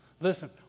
Listen